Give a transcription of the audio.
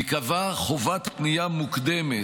תיקבע חובת פניה מוקדמת,